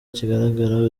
kigaragara